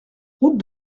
route